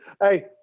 Hey